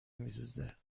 میدوزه